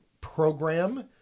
Program